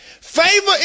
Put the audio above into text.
Favor